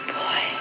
boy